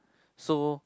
so